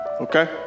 Okay